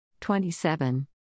27